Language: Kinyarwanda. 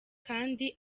abakinnyi